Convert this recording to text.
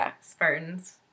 Spartans